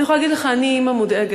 אני יכולה להגיד לך, אני אימא מודאגת.